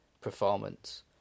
performance